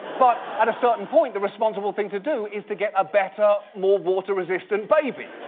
but, at a certain point, the responsible thing to do is to get a better, more water-resistant baby.